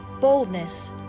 boldness